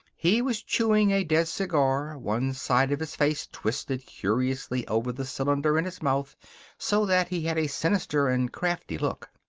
he was chewing a dead cigar, one side of his face twisted curiously over the cylinder in his mouth so that he had a sinister and crafty look.